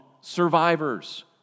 survivors